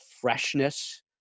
freshness